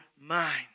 mind